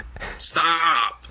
Stop